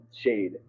Shade